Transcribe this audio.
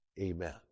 Amen